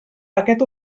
paquet